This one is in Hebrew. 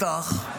מתח,